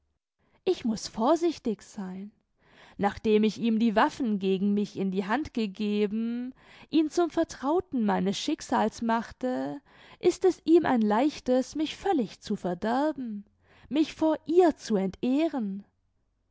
ich muß vorsichtig sein nachdem ich ihm die waffen gegen mich in die hand gegeben ihn zum vertrauten meines schicksals machte ist es ihm ein leichtes mich völlig zu verderben mich vor ihr zu entehren